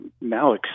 now